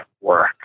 work